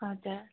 हजुर